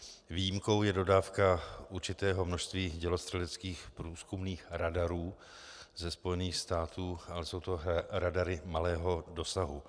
Výjimkou je dodávka určitého množství dělostřeleckých průzkumných radarů ze Spojených států, ale jsou to radary malého dosahu.